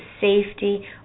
safety